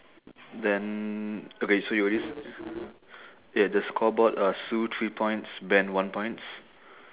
then okay so you already yeah the scoreboard uh sue three points ben one points